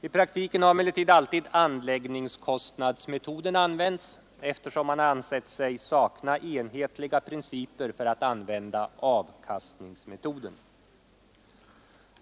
I praktiken har emellertid alltid anläggningskostnadsmetoden kommit att användas, eftersom man ansett sig sakna enhetliga principer för att använda avkastningsmetoden.